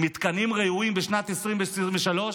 עם מתקנים ראויים בשנת 2023,